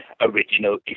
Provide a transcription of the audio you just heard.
original